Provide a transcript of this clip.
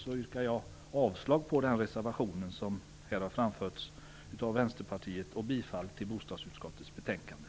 Därför yrkar jag avslag på Vänsterpartiets reservation och bifall till hemställan i bostadsutskottets betänkande.